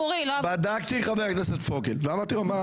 בדקתי עם חבר הכנסת פוגל ושאלתי.